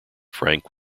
frank